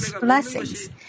blessings